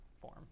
form